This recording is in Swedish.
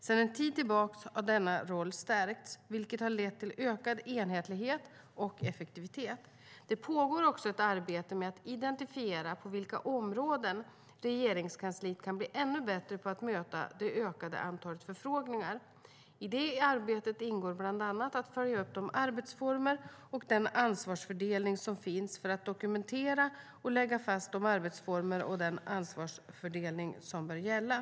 Sedan en tid tillbaka har denna roll stärkts, vilket har lett till ökad enhetlighet och effektivitet. Det pågår också ett arbete med att identifiera på vilka områden Regeringskansliet kan bli ännu bättre på att möta det ökade antalet förfrågningar. I det arbetet ingår bland annat att följa upp de arbetsformer och den ansvarsfördelning som finns samt att dokumentera och lägga fast de arbetsformer och den ansvarsfördelning som bör gälla.